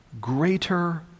greater